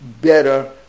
better